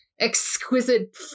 exquisite